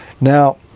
Now